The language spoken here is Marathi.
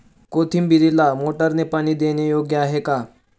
कोथिंबीरीला मोटारने पाणी देणे योग्य आहे का?